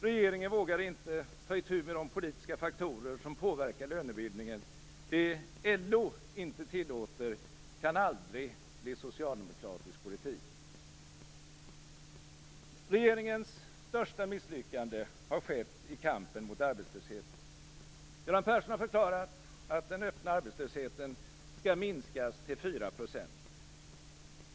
Regeringen vågar inte ta itu med de politiska faktorer som påverkar lönebildningen - det LO inte tillåter kan aldrig bli socialdemokratisk politik. Regeringens största misslyckande har skett i kampen mot arbetslösheten. Göran Persson har förklarat att den öppna arbetslösheten skall minskas till 4 %.